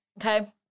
Okay